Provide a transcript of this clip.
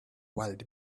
wild